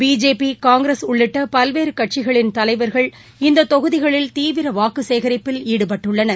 BJP Congress உள்ளிட்டபல்வேறுகட்சிகளின் தலைவர்கள் இந்ததொகுதிகளில் தீவிரவாக்குசேகரிப்பில் ஈடுபட்டுள்ளனர்